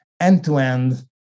end-to-end